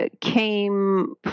came